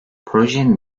projenin